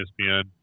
ESPN